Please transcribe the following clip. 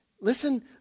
Listen